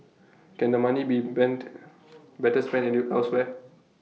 can the money be bent better spent any elsewhere